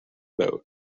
boat